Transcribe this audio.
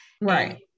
right